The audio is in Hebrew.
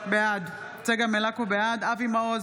בעד אבי מעוז,